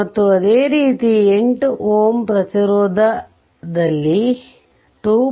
ಮತ್ತು ಅದೇ ರೀತಿ 8 Ω ಪ್ರತಿರೋಧ ದಲ್ಲಿ 2